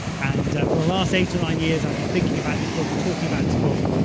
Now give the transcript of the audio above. and for the last eight or nine years, i've been thinking about this book and talking about this book.